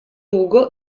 ugo